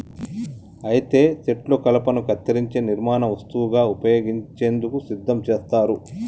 అయితే సెట్లు కలపను కత్తిరించే నిర్మాణ వస్తువుగా ఉపయోగించేందుకు సిద్ధం చేస్తారు